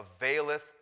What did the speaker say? availeth